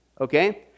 Okay